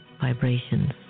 vibrations